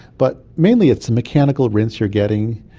but mainly it's a mechanical rinse you're getting,